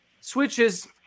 switches